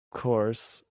course